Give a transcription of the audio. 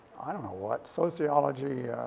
i don't know what, sociology, ah,